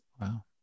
Wow